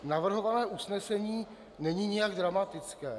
Navrhované usnesení není nijak dramatické.